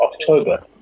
October